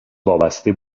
وابسته